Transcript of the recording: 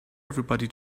everybody